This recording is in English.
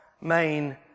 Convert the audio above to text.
main